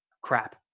crap